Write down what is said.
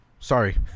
Sorry